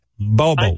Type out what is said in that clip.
Bobo